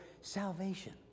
salvation